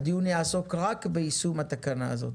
הדיון יעסוק רק ביישום התקנה הזאת,